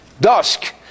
dusk